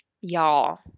Y'all